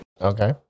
Okay